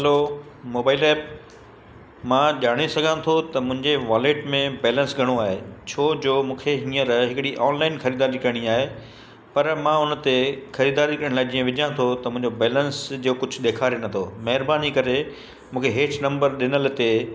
hello mobile app मां ॼाणे सघां थो त मुंहिंजे वॉलेट में बेलेंस घणो आहे छोजो मूंखे हीअंर हिकिड़ी ऑनलाइन ख़रीदारी करिणी आहे पर मां उन ते ख़रीदारी करण जे लाइ जीअं विझां थो त मुंहिंजो बेलेंस जो कुझु ॾेखारे नथो महिरबानी करे मूंखे हेठि नम्बर ॾिनल ते